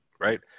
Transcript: Right